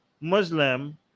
Muslim